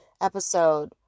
Episode